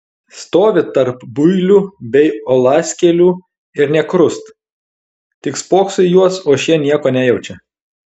stovi tarp builių bei uolaskėlių ir nė krust tik spokso į juos o šie nieko nejaučia